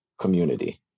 community